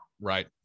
Right